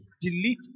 delete